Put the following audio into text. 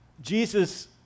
Jesus